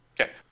Okay